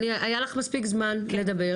היה לך מספיק זמן לדבר.